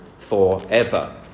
forever